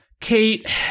Kate